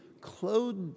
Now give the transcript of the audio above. clothed